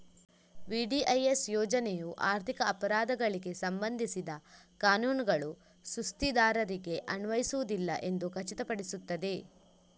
VDIS ಯೋಜನೆಯು ಆರ್ಥಿಕ ಅಪರಾಧಗಳಿಗೆ ಸಂಬಂಧಿಸಿದ ಕಾನೂನುಗಳು ಸುಸ್ತಿದಾರರಿಗೆ ಅನ್ವಯಿಸುವುದಿಲ್ಲ ಎಂದು ಖಚಿತಪಡಿಸುತ್ತದೆ